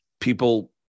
people